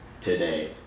today